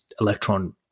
electron